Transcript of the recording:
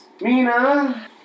Mina